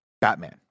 Batman